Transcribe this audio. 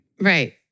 Right